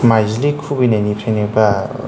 माइज्लि खुबैनायनिफ्रायनो बा